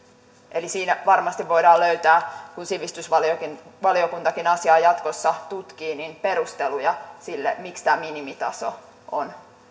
eli siinä varmasti voidaan löytää kun sivistysvaliokuntakin asiaa jatkossa tutkii perusteluja sille miksi tämä minimitaso on